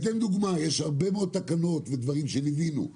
יש הרבה מאוד תקנות ודברים שהם הבינו.